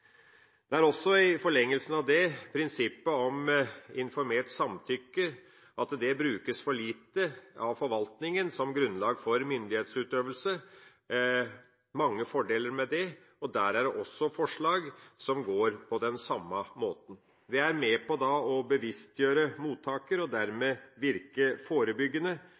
Det er også forslag som går på det samme. Det er med på å bevisstgjøre mottaker og virker dermed forebyggende.